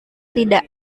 tidak